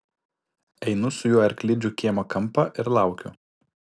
einu su juo į arklidžių kiemo kampą ir laukiu